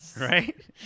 right